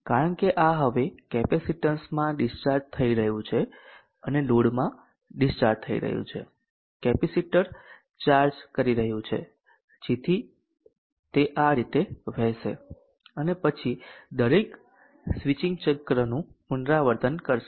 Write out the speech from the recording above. કારણ કે આ હવે કેપેસિટીન્સમાં ડિસ્ચાર્જ થઈ રહ્યું છે અને લોડમાં ડિસ્ચાર્જ થઈ રહ્યું છે કેપેસિટર ચાર્જ કરી રહ્યું છે તેથી તે આ રીતે વહેશે અને પછી દરેક સ્વિચિંગ ચક્રનું પુનરાવર્તન કરશે